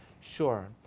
Sure